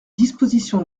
dispositions